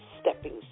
Stepping